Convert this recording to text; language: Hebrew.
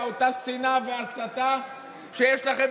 ואתה מציג הצעת